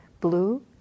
blue